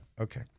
Okay